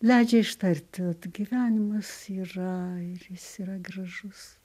leidžia ištarti vat gyvenimas yra jis yra gražus